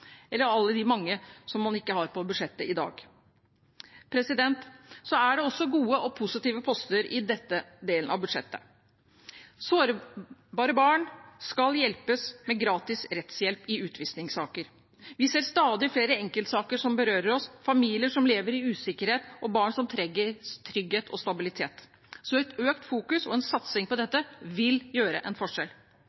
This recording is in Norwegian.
eller alle de mange som man ikke har på budsjettet i dag. Det er også gode og positive poster i denne delen av budsjettet. Sårbare barn skal hjelpes med gratis rettshjelp i utvisningssaker. Vi ser stadig flere enkeltsaker som berører oss, familier som lever i usikkerhet, og barn som trenger trygghet og stabilitet, så en økt fokusering og en satsing på